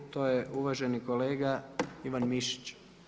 To je uvaženi kolega Ivan Mišić.